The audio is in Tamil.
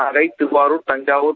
நாகை திருவாருர் தஞ்சாவூர்